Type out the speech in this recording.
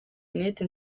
internet